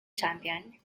champion